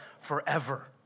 forever